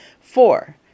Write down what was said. Four